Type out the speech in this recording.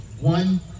One